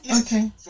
okay